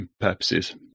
purposes